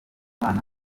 mana